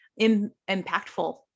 impactful